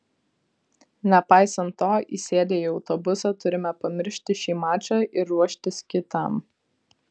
nepaisant to įsėdę į autobusą turime pamiršti šį mačą ir ruoštis kitam